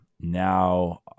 now